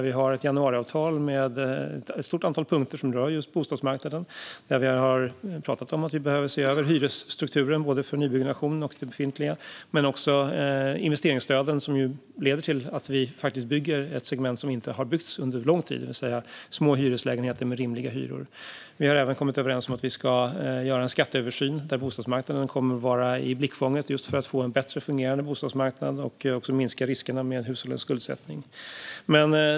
Vi har ett januariavtal med ett stort antal punkter som rör just bostadsmarknaden, och vi har pratat om att vi behöver se över hyresstrukturen för både nybyggnation och det befintliga men också investeringsstöden, som leder till att vi bygger ett segment som inte har byggts under lång tid, det vill säga små hyreslägenheter med rimliga hyror. Vi har även kommit överens om att vi ska göra en skatteöversyn där bostadsmarknaden kommer att vara i blickfånget, för att få en bättre fungerande bostadsmarknad och också minska riskerna med hushållens skuldsättning.